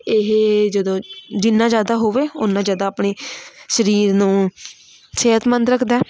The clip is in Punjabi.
ਇਹ ਜਦੋਂ ਜਿੰਨਾ ਜ਼ਿਆਦਾ ਹੋਵੇ ਓਨਾ ਜ਼ਿਆਦਾ ਆਪਣੇ ਸਰੀਰ ਨੂੰ ਸਿਹਤਮੰਦ ਰੱਖਦਾ